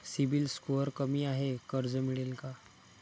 CIBIL score कमी आहे कर्ज मिळेल का?